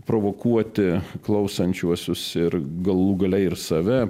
provokuoti klausančiuosius ir galų gale ir save